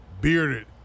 bearded